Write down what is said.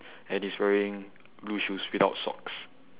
and he is wearing blue shoes without socks